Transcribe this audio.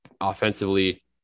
offensively